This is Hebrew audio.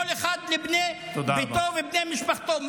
כל אחד לבני ביתו ובני משפחתו.